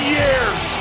years